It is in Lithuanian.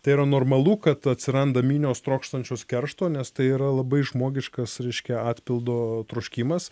tai yra normalu kad atsiranda minios trokštančios keršto nes tai yra labai žmogiškas reiškia atpildo troškimas